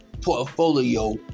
portfolio